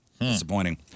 Disappointing